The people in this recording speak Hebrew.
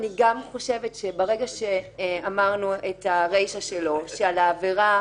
אני גם חושבת שברגע שאמרנו את הרישה שלו שעל העבירה